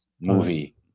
movie